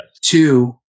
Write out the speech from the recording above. Two